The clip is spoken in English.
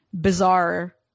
bizarre